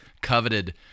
coveted